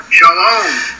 Shalom